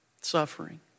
suffering